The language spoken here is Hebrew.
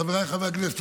חבריי חברי הכנסת,